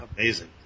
amazing